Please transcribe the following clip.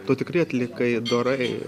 tu tikrai atlikai dorai